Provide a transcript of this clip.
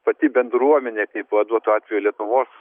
pati bendruomenė kaip va duotu atveju lietuvos